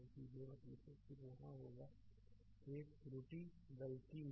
तो सीधे मत लिखो फिर वहाँ होगा तो यह एक त्रुटि गलती होगी